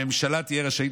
הממשלה תהיה רשאית,